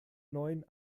neuen